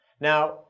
Now